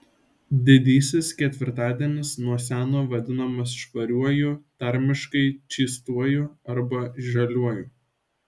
didysis ketvirtadienis nuo seno vadinamas švariuoju tarmiškai čystuoju arba žaliuoju